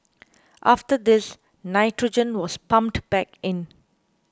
after this nitrogen was pumped back in